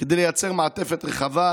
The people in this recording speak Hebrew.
כדי לייצר מעטפת רחבה,